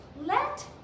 Let